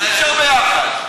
אי-אפשר ביחד.